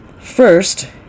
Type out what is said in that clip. First